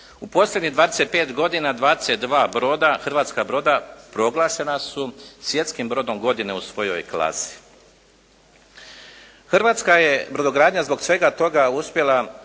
U posljednjih 25 godina, 22 hrvatska broda proglašena su svjetskim brodom godine u svojoj klasi. Hrvatska je brodogradnja zbog svega toga uspjela